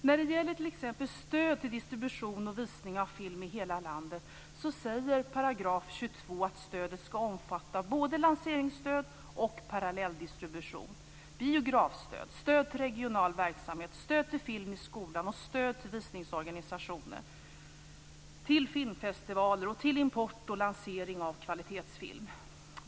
När det gäller t.ex. stöd till distribution och visning av film i hela landet säger 22 § att stödet ska omfatta både lanseringsstöd och parallelldistribution, biografstöd, stöd till regional verksamhet, till film i skolan, till visningsorganisationer, till filmfestivaler och till import och lansering av kvalitetsfilm.